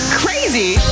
crazy